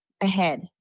ahead